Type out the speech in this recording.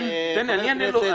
תן לי, אני אענה לו.